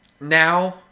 now